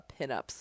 pinups